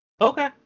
okay